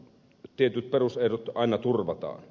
tietyt perusehdot aina turvataan